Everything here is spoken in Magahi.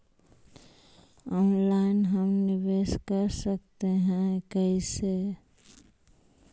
ऑनलाइन हम निवेश कर सकते है, कैसे?